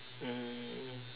mm